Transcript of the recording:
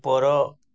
ଉପର